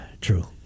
True